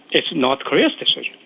it's north korea's decision,